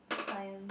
Science